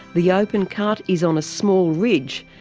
the open cut is on a small ridge,